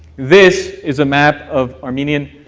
this is a map of armenian,